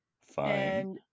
Fine